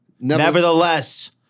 nevertheless